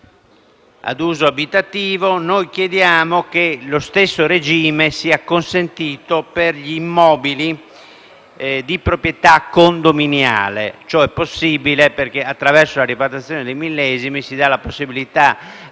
Berlusconi. Noi chiediamo che lo stesso regime sia consentito per gli immobili di proprietà condominiale. Ciò è possibile perché attraverso la ripartizione dei millesimi si dà la possibilità